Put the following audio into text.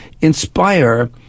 inspire